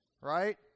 right